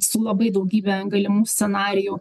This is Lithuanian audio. su labai daugybę galimų scenarijų